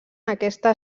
aquesta